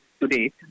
today